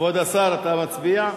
כבוד השר, אתה מצביע?